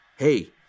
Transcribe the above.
Hey